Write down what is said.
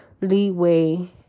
leeway